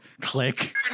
click